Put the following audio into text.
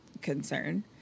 concern